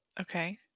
Okay